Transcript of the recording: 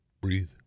Breathe